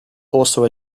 also